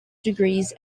degrees